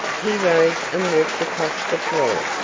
he rose and walked across the floor,